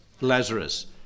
Lazarus